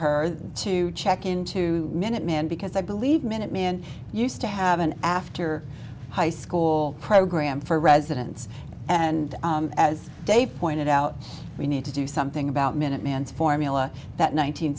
her to check into minutemen because i believe minutemen used to have an after high school program for residents and as dave pointed out we need to do something about minuteman formula that nine